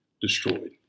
destroyed